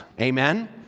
amen